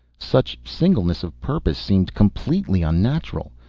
such singleness of purpose seemed completely unnatural.